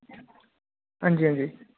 हांजी हांजी